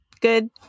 good